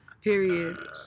Period